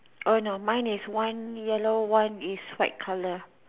ob no mine is one yellow one is white colour